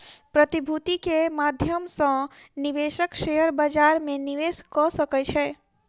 प्रतिभूति के माध्यम सॅ निवेशक शेयर बजार में निवेश कअ सकै छै